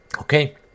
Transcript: Okay